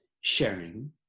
sharing